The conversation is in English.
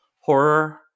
horror